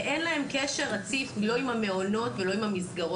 ואין להם קשר רציף לא עם המעונות ולא עם המסגרות.